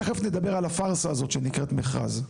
תכף נדבר על הפרסה הזאת שנקראת מכרז.